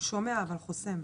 שומע אבל חוסם.